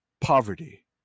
poverty